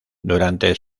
durante